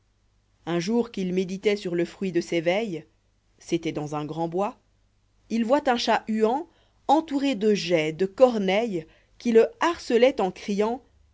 un jour qu'il méditoit sur le fruit de ses veilles c'était dans un grand bois il voit un chat huantentouré chat huantentouré geais de corneilles qui le harceloient en criant